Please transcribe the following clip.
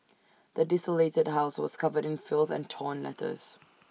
the desolated house was covered in filth and torn letters